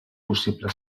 possible